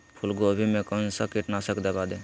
फूलगोभी में कौन सा कीटनाशक दवा दे?